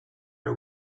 are